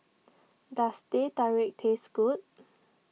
does Teh Tarik taste good